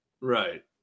right